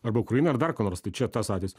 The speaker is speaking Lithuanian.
arba ukrainai ar dar ko nors tai čia tas atvejis